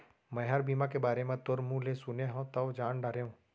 मैंहर बीमा के बारे म तोर मुँह ले सुने हँव तव जान डारेंव